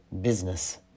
Business